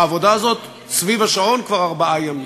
בעבודה הזאת סביב השעון כבר ארבעה ימים,